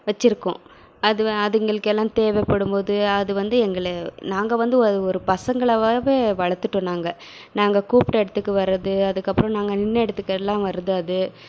வச்சுருக்கோம் அது அதுங்களுக்கு எல்லாம் தேவைப்படும் போது அது வந்து எங்களை நாங்கள் வந்து ஒரு ஒரு பசங்களாகவே வளர்த்துட்டோம் நாங்கள் நாங்கள் கூப்பிட்ட இடத்துக்கு வர்றது அதுக்கு அப்புறம் நாங்கள் நின்ற இடத்துக்கு எல்லாம் வர்றது அது